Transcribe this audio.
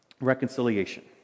reconciliation